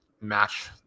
match